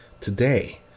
today